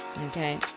Okay